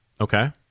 Okay